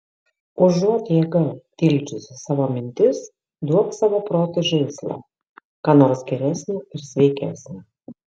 užuot jėga tildžiusi savo mintis duok savo protui žaislą ką nors geresnio ir sveikesnio